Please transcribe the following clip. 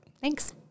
Thanks